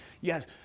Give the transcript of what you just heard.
yes